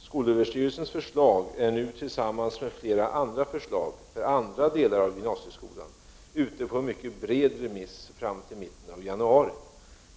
Skolöverstyrelsens förslag är nu tillsammans med flera andra förslag för andra delar av gymnasieskolan ute på en mycket bred remiss fram till mitten av januari.